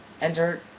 enter